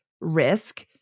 risk